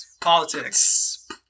Politics